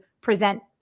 present